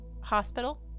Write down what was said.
Hospital